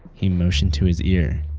he motioned to his ear,